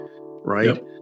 Right